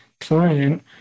client